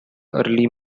early